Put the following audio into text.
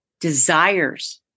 desires